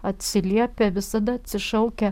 atsiliepia visada atsišaukia